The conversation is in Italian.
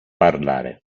parlare